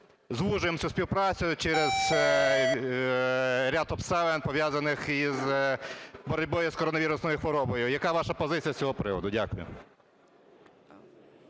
звужуємо цю співпрацю через ряд обставин, пов'язаних із боротьбою коронавірусною хворобою. Яка ваша позиція з цього приводу? Дякую.